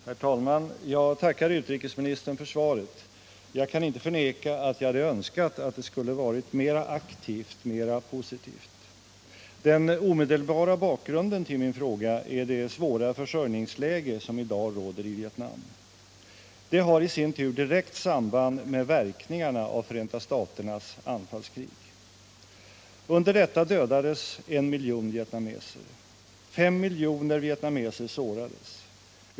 Herr talman! Jag tackar utrikesministern för svaret. Jag kan inte förneka att jag hade önskat att det skulle vara mer aktivt, mer positivt. Den omedelbara bakgrunden till min fråga är det svåra försörjningsläge som i dag råder i Vietnam. Det har i sin tur direkt samband med verkningarna av Förenta staternas anfallskrig. Under detta dödades en miljon vietnameser. Fem miljoner vietnameser sårades.